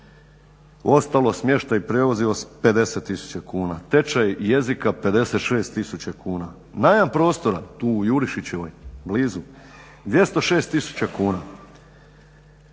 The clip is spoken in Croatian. Ostalo, smještaj, prijevoz iznosi 50 000 kuna, tečaj jezika 56 000 kuna, najam prostora tu u Jurišićevoj blizu 206 000 kuna.